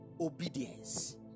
Obedience